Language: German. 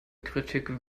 kritik